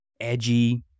edgy